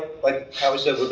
like howie said,